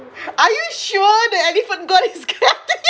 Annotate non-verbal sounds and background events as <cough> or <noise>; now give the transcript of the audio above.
are you sure the elephant god is gaithry <laughs>